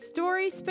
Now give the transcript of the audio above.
Story